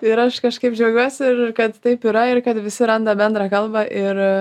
ir aš kažkaip džiaugiuosi ir kad taip yra ir kad visi randa bendrą kalbą ir